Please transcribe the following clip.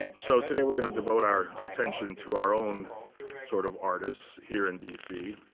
so today we're going to devote our our attention to our own sort of artists here in dc.